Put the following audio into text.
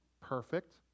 Perfect